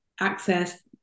access